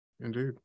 indeed